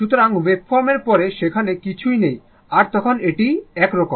সুতরাং ওয়েভফর্ম এর পরে সেখানে কিছুই নেই আর তখন এটি এরকম